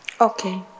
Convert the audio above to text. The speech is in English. Okay